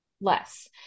Less